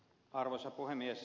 arvoisa puhemies